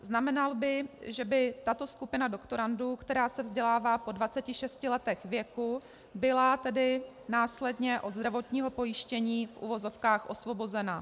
Znamenal by, že by tato skupina doktorandů, která se vzdělává po 26 letech věku, byla následně od zdravotního pojištění v uvozovkách osvobozena.